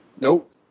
Nope